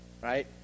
right